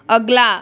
अगला